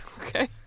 Okay